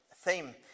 theme